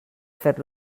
fer